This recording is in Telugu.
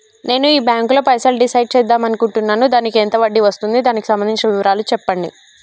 నేను ఈ బ్యాంకులో పైసలు డిసైడ్ చేద్దాం అనుకుంటున్నాను దానికి ఎంత వడ్డీ వస్తుంది దానికి సంబంధించిన వివరాలు చెప్పండి?